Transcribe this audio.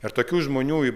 ir tokių žmonių